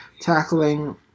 tackling